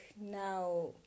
now